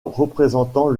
représentant